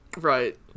Right